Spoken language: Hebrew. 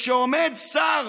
כשעומד שר